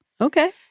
Okay